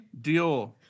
Dior